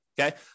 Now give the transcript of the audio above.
Okay